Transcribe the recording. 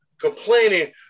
complaining